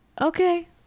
Okay